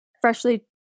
freshly